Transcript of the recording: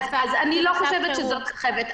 אני לא חושבת שזו סחבת.